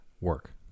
work